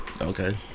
Okay